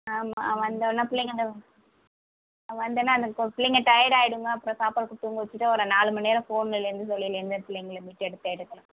ஆமாம் வந்தவொடனே பிள்ளைங்கள வந்தவொடனே அந்த கோ பிள்ளைங்க டயர்ட் ஆகிடுங்க அப்புறம் சாப்பாடு கொடுத்து தூங்க வச்சுட்டா ஒரு நாலு மணி நேரம் ஃபோனிலேருந்து தொல்லையிலேருந்து பிள்ளைங்கள மீட்டெடுத்து எடுக்கலாம்